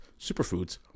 superfoods